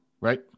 Right